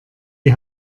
die